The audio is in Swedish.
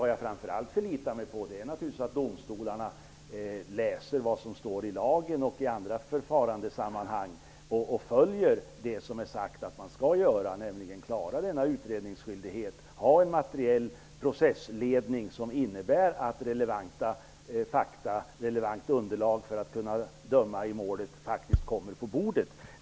Jag förlitar mig naturligtvis framför allt på att domstolarna läser vad som står i lagen m.m. och följer vad man skall göra i detta fall, nämligen klara utredningsskyldigheten och ha en materiell processledning som innebär att relevanta fakta för att kunna döma i målet faktiskt kommer fram.